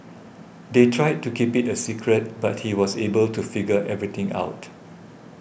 they tried to keep it a secret but he was able to figure everything out